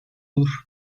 olur